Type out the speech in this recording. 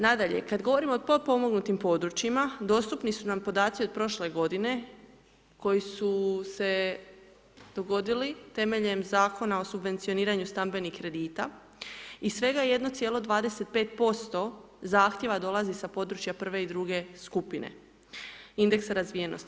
Nadalje, kad govorimo o potpomognutim područjima dostupni su nam podaci od prošle godine koji su se dogodili temeljem Zakona o subvencioniranju stambenih kredita i svega 1,25% zahtjeva dolazi sa područja prve i druge skupine indeksa razvijenosti.